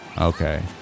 okay